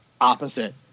opposite